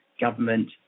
government